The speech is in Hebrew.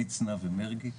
מצנע ומרגי,